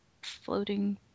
floating